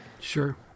Sure